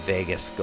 Vegas